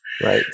Right